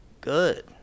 Good